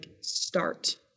start